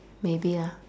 maybe ah